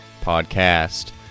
Podcast